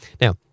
now